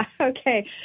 Okay